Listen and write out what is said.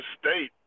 State